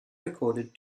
recorded